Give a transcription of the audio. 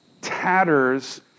tatters